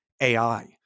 AI